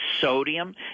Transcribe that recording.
sodium